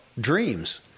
dreams